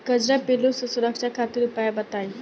कजरा पिल्लू से सुरक्षा खातिर उपाय बताई?